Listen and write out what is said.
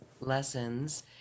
lessons